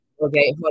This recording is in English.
Okay